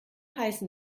heißen